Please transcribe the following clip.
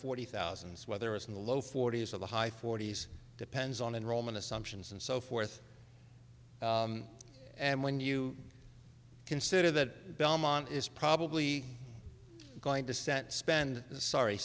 forty thousand whether it's in the low forty's or the high forty's depends on enrollment assumptions and so forth and when you consider that belmont is probably going to send spend sorry